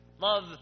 Love